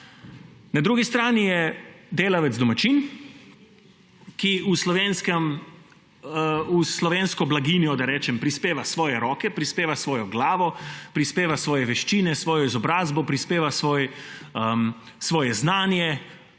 Na drugi strani je delavec domačin, ki v slovensko blaginjo, da rečem, prispeva svoje roke, prispeva svojo glavo, prispeva svoje veščine, svojo izobrazbo, prispeva svoje znanje,